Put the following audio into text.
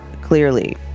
clearly